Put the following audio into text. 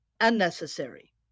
unnecessary